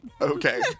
Okay